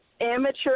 amateur